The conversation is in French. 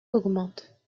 augmente